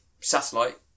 satellite